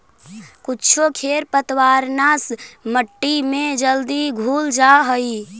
कुछो खेर पतवारनाश मट्टी में जल्दी घुल जा हई